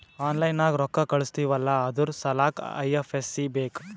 online ನಾಗ್ ರೊಕ್ಕಾ ಕಳುಸ್ತಿವ್ ಅಲ್ಲಾ ಅದುರ್ ಸಲ್ಲಾಕ್ ಐ.ಎಫ್.ಎಸ್.ಸಿ ಬೇಕ್